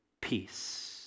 peace